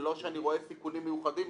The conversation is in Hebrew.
לא שאני רואה סיכונים מיוחדים,